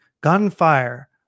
gunfire